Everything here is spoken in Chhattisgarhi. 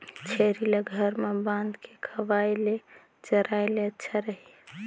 छेरी ल घर म बांध के खवाय ले चराय ले अच्छा रही?